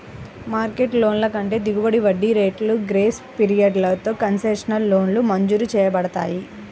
market లోన్ల కంటే దిగువ వడ్డీ రేట్లు, గ్రేస్ పీరియడ్లతో కన్సెషనల్ లోన్లు మంజూరు చేయబడతాయి